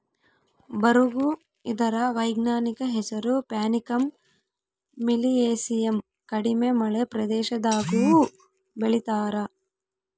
ಬರುಗು ಇದರ ವೈಜ್ಞಾನಿಕ ಹೆಸರು ಪ್ಯಾನಿಕಮ್ ಮಿಲಿಯೇಸಿಯಮ್ ಕಡಿಮೆ ಮಳೆ ಪ್ರದೇಶದಾಗೂ ಬೆಳೀತಾರ